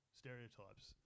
stereotypes